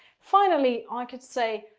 finally i could say,